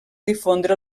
difondre